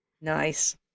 Nice